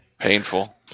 painful